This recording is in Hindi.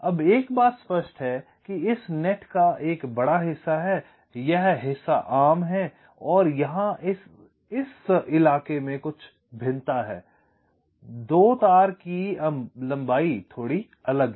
अब एक बात स्पष्ट है कि इस नेट का एक बड़ा हिस्सा है यह हिस्सा आम है और यहाँ इस इलाके में कुछ भिन्नता है 2 तार की लंबाई थोड़ी अलग है